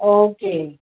okay